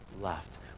left